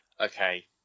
Okay